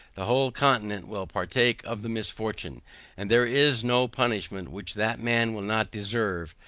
the whole continent will partake of the misfortune and there is no punishment which that man will not deserve,